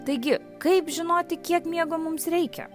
taigi kaip žinoti kiek miego mums reikia